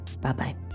Bye-bye